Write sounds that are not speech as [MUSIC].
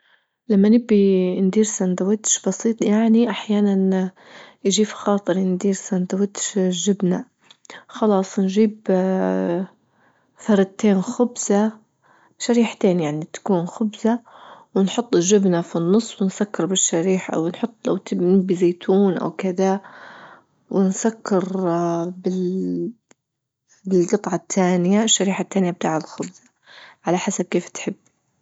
لما نبي ندير سندويتش بسيط يعني أحيانا يجي في خاطري ندير سندويتش جبنة، خلاص نجيب [HESITATION] فردتين خبزة شريحتين يعني تكون خبزة ونحط الجبنة في النص ونسكر بالشريحة أو نحط لو تبين بزيتون أو كذا ونسكر بال-بالجطعة التانية الشريحة التانية بتاع الخبزة على حسب كيف تحب.